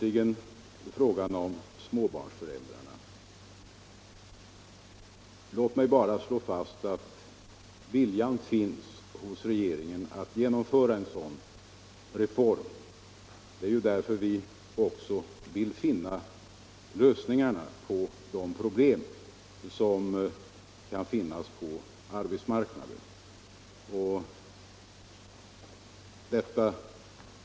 I frågan om småbarnsföräldrarna vill jag slutligen understryka att viljan finns hos regeringen att genomföra en reform. Det är ju därför vi också vill finna lösningarna på de problem som kan finnas på arbetsmarknaden.